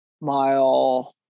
mile